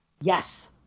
Yes